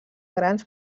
grans